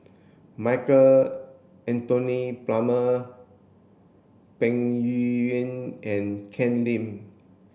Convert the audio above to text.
Michael Anthony Palmer Peng Yuyun and Ken Lim